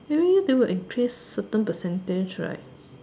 every year they will increase certain percentage right